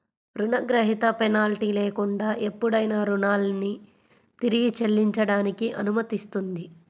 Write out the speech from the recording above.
రుణగ్రహీత పెనాల్టీ లేకుండా ఎప్పుడైనా రుణాన్ని తిరిగి చెల్లించడానికి అనుమతిస్తుంది